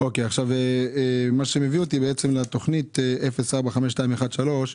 מה שמביא אותי לתכנית 045213,